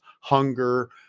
hunger